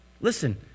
Listen